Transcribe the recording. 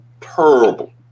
terrible